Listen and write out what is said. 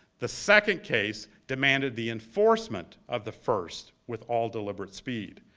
the second case demanded the enforcement of the first with all deliberate speed.